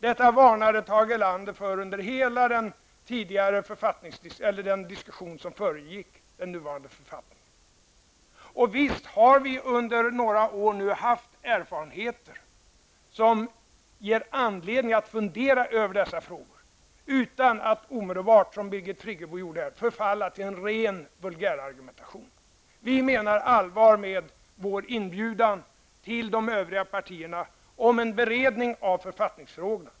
Detta varnade Tage Erlander för under hela den diskussion som föregick den nuvarande författningen. Och visst har vi under några år fått erfarenheter som ger oss anledning att fundera över dessa frågor utan att omedelbart, som Birgit Friggebo gjorde, förfalla till en ren vulgärargumentation. Vi menar allvar med vår inbjudan till de övriga partierna om en beredning av författningsfrågorna.